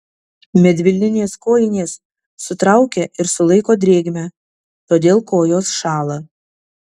medvilninės kojinės sutraukia ir sulaiko drėgmę todėl kojos šąla